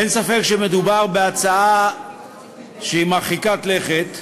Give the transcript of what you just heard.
אין ספק שמדובר בהצעה שהיא מרחיקת לכת,